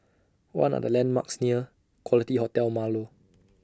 What Are The landmarks near Quality Hotel Marlow